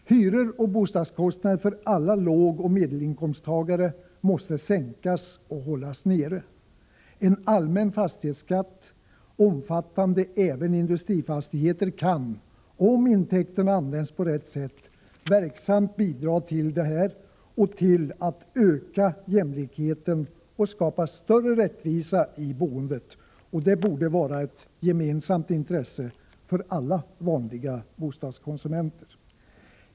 Hyror och boendekostnader för alla lågoch medelinkomsttagare måste sänkas och hållas nere. En allmän fastighetsskatt, omfattande även industrifastigheter, kan, om intäkterna används på rätt sätt, verksamt bidra till detta och till att öka jämlikheten och skapa större rättvisa i boendet. Detta borde vara ett gemensamt intresse för alla vanliga bostadskonsumenter.